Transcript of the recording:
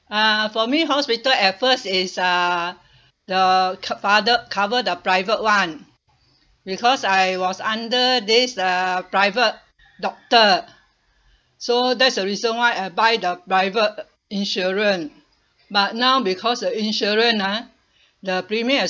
uh for me hospital at first is uh the co~ father cover the private [one] because I was under this uh private doctor so that's the reason why I buy the private insurance but now because the insurance ah the premium is